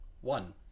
One